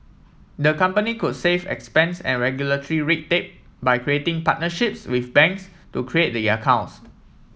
the company could save expense and red tape by creating partnerships with banks to create the accounts